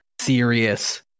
serious